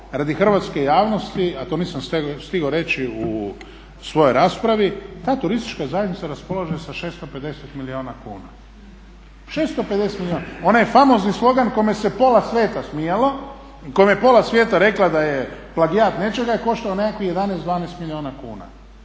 radi hrvatske javnosti a to nisam stigao reći u svojoj raspravi ta turistička zajednica raspolaže sa 650 milijuna kuna. Onaj famozni slogan kome se pola svijeta smijalo, kome je pola svijeta reklo da je plagijat nečega je koštao nekakvih 11, 12 milijuna kuna.